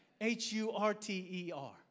H-U-R-T-E-R